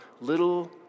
little